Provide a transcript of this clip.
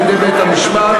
על-ידי בית-המשפט,